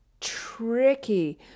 tricky